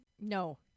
no